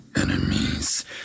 enemies